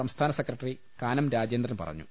സംസ്ഥാന സെക്രട്ടറി കാനം രാജേന്ദ്രൻ പറഞ്ഞു